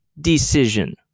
decision